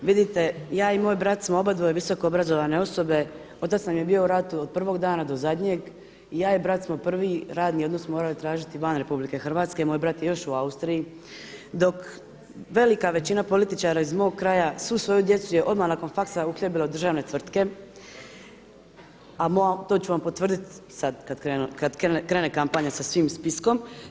Vidite ja i moj brat smo obadvoje visoko obrazovane osobe, otac nam je bio u ratu od prvog dana do zadnjeg i ja i brat smo prvi radni odnos morali tražiti van RH i moj brat je još u Austriji dok velika većina političara iz mog kraja svu svoju djecu je odmah nakon faksa uhljebila u državne tvrtke a to ću vam potvrditi sada kada krene kampanja sa svim spiskom.